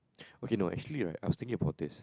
okay no actually right I was thinking about this